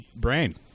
brain